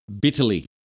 Bitterly